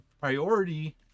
priority